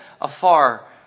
afar